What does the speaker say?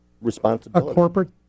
responsibility